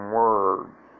words